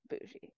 bougie